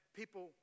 people